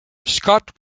scott